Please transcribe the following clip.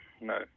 No